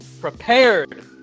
prepared